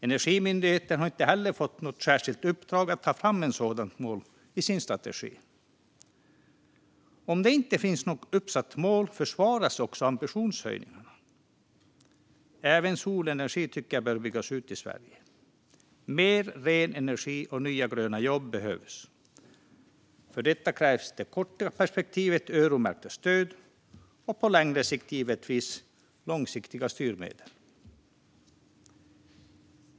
Energimyndigheten har inte heller fått något särskilt uppdrag att ta fram ett sådant mål i sin strategi. Om det inte finns något uppsatt mål försvåras också ambitionshöjningar. Även solenergi bör, tycker jag, byggas ut i Sverige. Mer ren energi och nya gröna jobb behövs. För detta krävs i det korta perspektivet öronmärkta stöd och på längre sikt givetvis långsiktiga styrmedel.